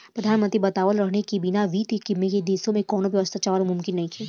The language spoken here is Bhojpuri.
प्रधानमंत्री बतावत रहले की बिना बित्त के देश में कौनो व्यवस्था चलावल मुमकिन नइखे